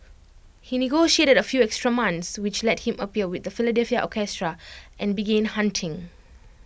he negotiated A few extra months which let him appear with the Philadelphia orchestra and began hunting